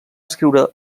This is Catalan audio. escriure